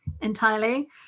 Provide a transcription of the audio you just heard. entirely